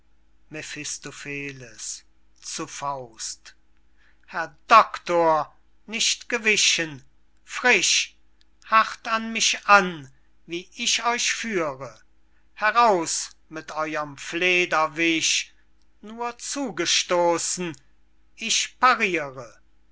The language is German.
herr doctor nicht gewichen frisch hart an mich an wie ich euch führe heraus mit eurem flederwisch nur zugestoßen ich parire